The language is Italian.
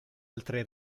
altre